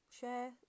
share